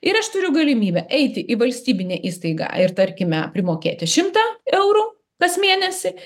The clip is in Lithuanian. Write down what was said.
ir aš turiu galimybę eiti į valstybinę įstaigą ir tarkime primokėti šimtą eurų kas mėnesį